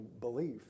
belief